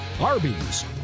Arby's